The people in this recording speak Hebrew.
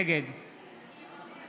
נגד